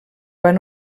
van